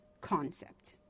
concept